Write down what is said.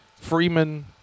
Freeman